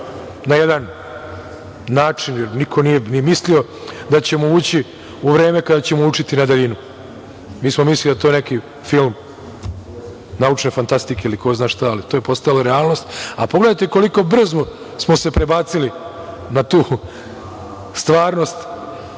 na jedan način jer niko nije ni mislio da ćemo ući u vreme kada ćemo učiti na daljinu. Mi smo mislili da je to neki film naučne fantastike ili ko zna šta, ali to je postala realnost, a pogledajte koliko brzo smo se prebacili na tu stvarnost.